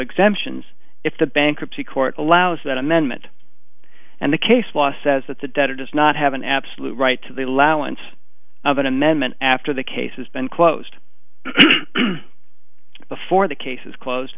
exemptions if the bankruptcy court allows that amendment and the case law says that the debtor does not have an absolute right to the allowance of an amendment after the case has been closed before the case is closed